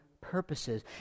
purposes